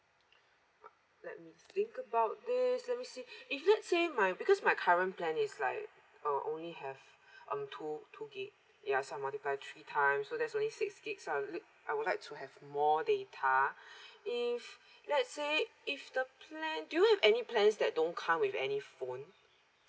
uh let me think about this let me see if let's say my because my current plan is like uh only have um two two gig ya say I multiple three times so that's only six gig so I'll look I would like to have more data if let's say if the plan do you have any plans that don't come with any phone